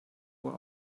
uhr